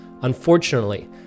Unfortunately